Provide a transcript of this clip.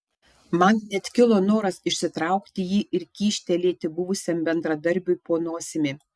man net kilo noras išsitraukti jį ir kyštelėti buvusiam bendradarbiui po nosimi